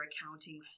accounting